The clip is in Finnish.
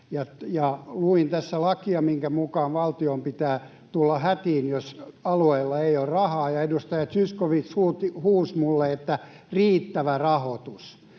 Luin tässä lakia, minkä mukaan valtion pitää tulla hätiin, jos alueella ei ole rahaa, ja edustaja Zyskowicz huusi minulle: ”Riittävä rahoitus!”